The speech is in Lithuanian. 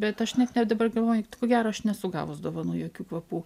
bet aš net ne dabar galvoju ko gero aš nesu gavus dovanų jokių kvapų